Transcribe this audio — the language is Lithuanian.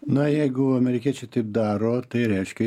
na jeigu amerikiečiai taip daro tai reiškia